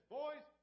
boys